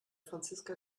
franziska